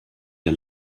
der